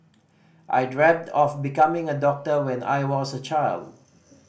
I dreamt of becoming a doctor when I was a child